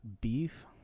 beef